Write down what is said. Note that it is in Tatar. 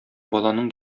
баланың